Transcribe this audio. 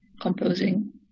composing